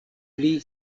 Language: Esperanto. pli